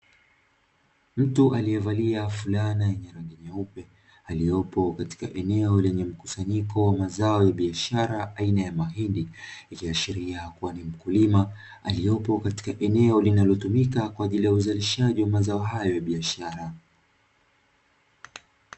Mtu aliyevalia fulana yenye rangi nyeupe, aliyopo katika eneo lenye mkusanyiko wa mazao ya biashara aina ya mahindi, ikiashiria kuwa ni mkulima aliyepo katika eneo linalotumika kwa ajili ya uzalishaji wa mazao hayo ya biashara.